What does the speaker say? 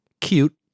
Cute